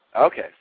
Okay